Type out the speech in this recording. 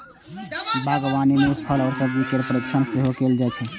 बागवानी मे फल आ सब्जी केर परीरक्षण सेहो कैल जाइ छै